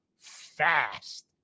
fast